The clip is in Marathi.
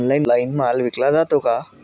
ऑनलाइन माल विकला जातो का?